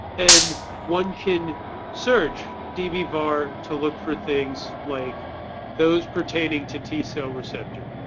and one can search dbvar to look for things like those pertaining to t-cell receptor.